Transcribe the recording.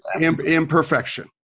imperfection